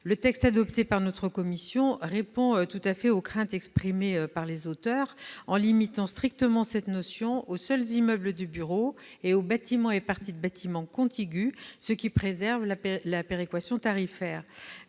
Le texte adopté par notre commission répond aux craintes exprimées par ses auteurs en limitant strictement cette notion aux seuls immeubles de bureaux et aux bâtiments et parties de bâtiments contigus, ce qui préserve la péréquation tarifaire.